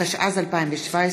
התשע"ז 2017,